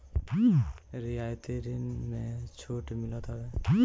रियायती ऋण में छूट मिलत हवे